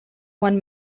one